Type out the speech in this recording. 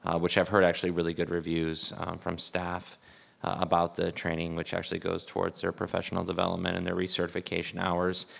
um which i've heard actually really good reviews from staff about the training, which actually goes toward so her professional development and the re-certification hours.